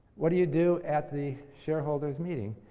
what do you do at the shareholders meeting?